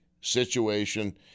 situation